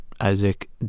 Isaac